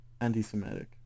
anti-semitic